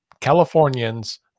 Californians